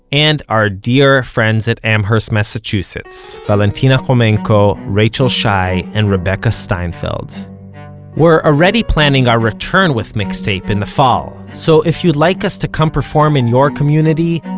and our dear friends at amherst, massachusetts valentina khomenko, rachel schy and rebekah steinfeld we're already planning our return with mixtape in the fall, so if you'd like us to come perform in your community,